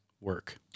work